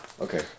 Okay